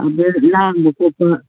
ꯑꯕꯦꯔ ꯂꯥꯡꯕ ꯈꯣꯠꯄ